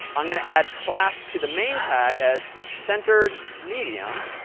i'm going to add class to the main tag as centered medium.